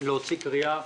להוציא קריאה,